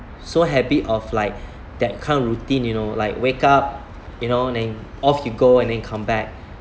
so happy of like that kind of routine you know like wake up you know then off you go and then come back